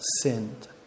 sinned